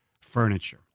Furniture